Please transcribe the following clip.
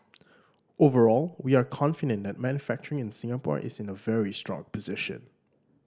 overall we are confident that manufacturing in Singapore is in a very strong position